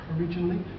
originally